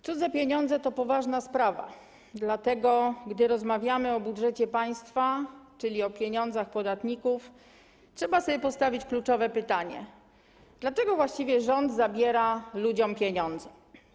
Cudze pieniądze to poważna sprawa, dlatego gdy rozmawiamy o budżecie państwa, czyli o pieniądzach podatników, trzeba sobie postawić kluczowe pytanie, dlaczego właściwie rząd zabiera ludziom pieniądze?